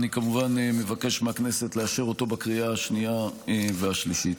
אני כמובן מבקש מהכנסת לאשר אותו בקריאה השנייה והשלישית.